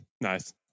Nice